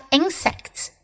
insects